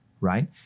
right